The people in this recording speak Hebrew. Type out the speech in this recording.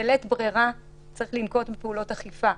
בלית ברירה צריך לנקוט בפעולות אכיפה.